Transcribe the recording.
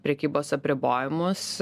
prekybos apribojimus